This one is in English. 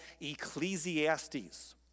Ecclesiastes